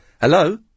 Hello